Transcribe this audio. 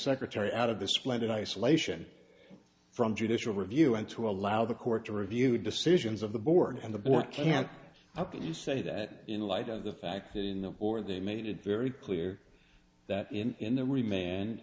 secretary out of the splendid isolation from judicial review and to allow the court to review decisions of the board and the board can up you say that in light of the fact that in the or they made it very clear that in in the r